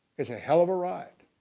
it's a hell of a ride.